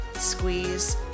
Squeeze